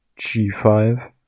g5